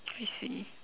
I see